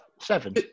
Seven